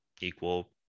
equal